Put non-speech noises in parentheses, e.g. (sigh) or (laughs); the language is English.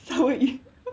所以 (laughs)